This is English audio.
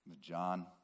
John